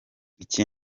iki